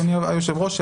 אדוני היושב-ראש,